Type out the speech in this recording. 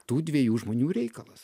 tų dviejų žmonių reikalas